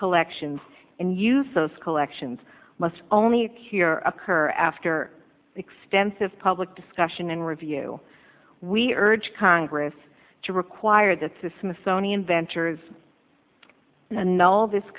collections and use those collections must only here occur after extensive public discussion and review we urge congress to require that the smithsonian ventures know all this